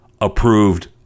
approved